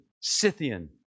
Scythian